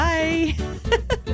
Bye